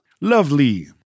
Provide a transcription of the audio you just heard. Lovely